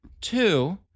two